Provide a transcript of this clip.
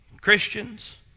Christians